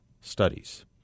studies